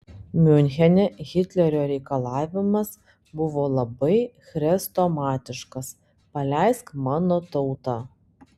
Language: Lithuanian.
miunchene hitlerio reikalavimas buvo labai chrestomatiškas paleisk mano tautą